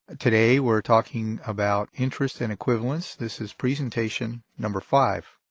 today we're talking about interest and equivalence. this is presentation number five.